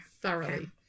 thoroughly